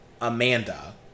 Amanda